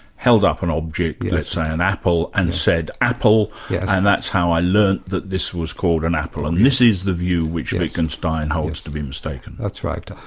held up an object, let's say an apple, and said apple yeah and that's how i learnt that this was called an apple and this is the view which wittgenstein holds to be mistaken. that's right.